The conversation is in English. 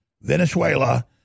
Venezuela